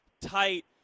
tight